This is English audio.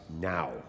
now